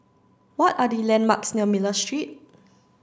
what are the landmarks near Miller Street